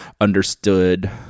understood